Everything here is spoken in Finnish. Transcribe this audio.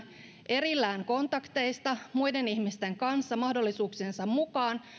erillään kontakteista muiden ihmisten kanssa mahdollisuuksiensa mukaan